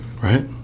right